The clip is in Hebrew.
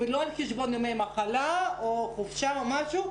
ולא על חשבון ימי מחלה או חופשה או משהו,